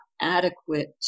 adequate